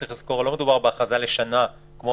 צריך לזכור שלא מדובר בהכרזה לשנה כמו